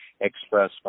express